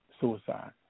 suicide